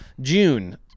June